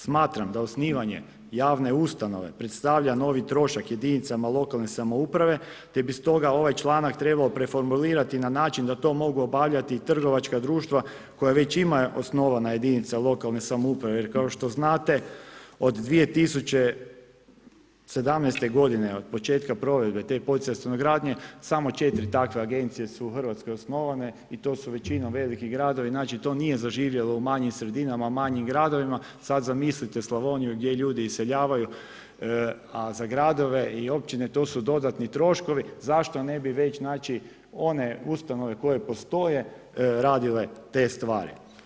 Smatram d osnivanje javne ustanove predstavlja novi trošak jedinicama lokalne samouprave te bi stoga ovaj članak trebao preformulirati na način da to mogu obavljati i trgovačka društva koja već ima osnovana jedinica lokalne samouprave jer kao što znate, od 2017. g. od početka provedbe te poticajne stanogradnje, samo 4 takve agencije u Hrvatskoj su osnovane i to su većinom veliki gradovi, znači to nije zaživjelo u manjim sredinama, manjim gradovima, sad zamislite Slavoniju gdje ljudi iseljavaju a za gradove i općine to su dodatni troškovi, zašto ne bi već znači one ustanove koje postoje radile te stvari?